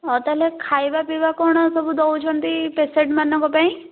ଆଉ ତା'ହେଲେ ଖାଇବା ପିଇବା କ'ଣ ସବୁ ଦେଉଛନ୍ତି ପେସେଣ୍ଟ ମାନଙ୍କ ପାଇଁ